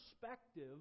perspective